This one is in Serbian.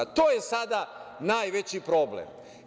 To je sada najveći problem.